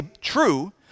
true